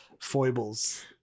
foibles